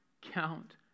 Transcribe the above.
count